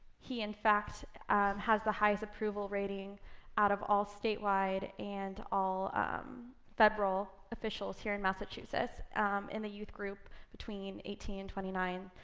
he in fact has the highest approval rating out of all statewide and all federal officials here in massachusetts in the youth group between eighteen and twenty nine.